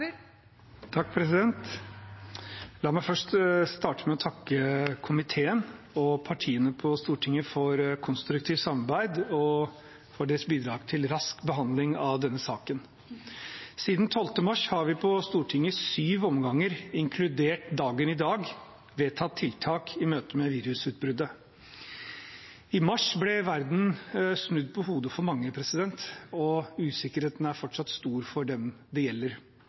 partiene på Stortinget for konstruktivt samarbeid og for deres bidrag til rask behandling av denne saken. Siden 12. mars har vi på Stortinget i syv omganger, inkludert dagen i dag, vedtatt tiltak i møte med virusutbruddet. I mars ble verden snudd på hodet for mange. Usikkerheten er fortsatt stor for dem det gjelder,